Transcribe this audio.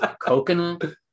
coconut